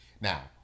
Now